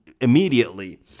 immediately